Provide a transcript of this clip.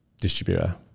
distributor